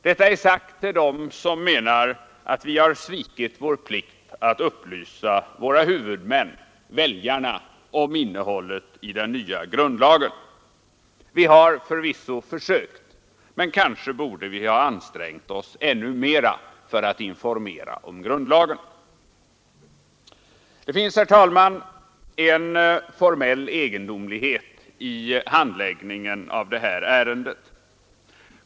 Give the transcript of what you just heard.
Detta är sagt till dem som menar att vi svikit vår plikt att upplysa våra huvudmän — väljarna — om innehållet i den nya grundlagen. Vi har förvisso försökt, men kanske borde vi ha ansträngt oss ännu mera för att informera om grundlagen. Det finns, herr talman, en formell egendomlighet i handläggningen av det här ärendet.